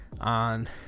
on